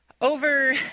over